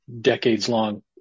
decades-long